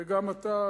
וגם אתה,